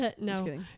No